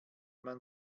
man